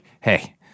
hey